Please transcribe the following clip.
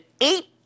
eight